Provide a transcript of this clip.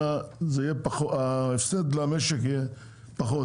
אלא ההפסד למשק יהיה פחות,